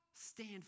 Stand